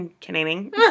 Canadian